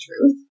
truth